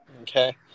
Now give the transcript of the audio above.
Okay